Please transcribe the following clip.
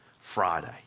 Friday